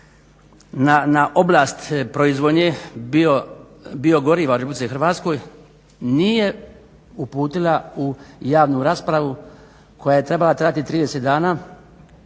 na oblast proizvodnje biogoriva u RH nije uputila u javnu raspravu koja je trebala trajati 30 dana